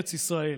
בארץ ישראל.